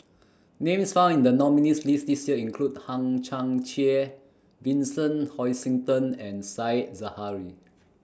Names found in The nominees' list This Year include Hang Chang Chieh Vincent Hoisington and Said Zahari